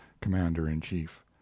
commander-in-chief